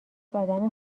آدم